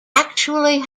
actually